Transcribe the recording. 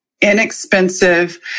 inexpensive